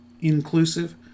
inclusive